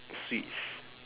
sweets